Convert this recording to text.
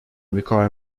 require